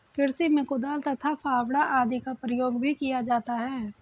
कृषि में कुदाल तथा फावड़ा आदि का प्रयोग भी किया जाता है